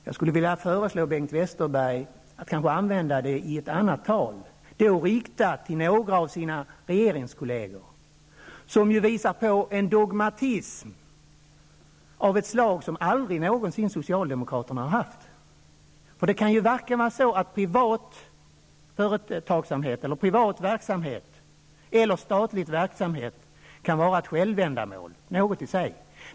Jag skulle vilja föreslå Bengt Westerberg att använda den i ett annat tal, riktat till några av hans regeringskolleger, som visar upp en dogmatism av ett slag som socialdemokraterna aldrig någonsin har gjort sig skyldiga till. Varken privat företagsamhet eller statlig företagsamhet kan ju vara ett självändamål.